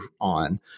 on